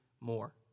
more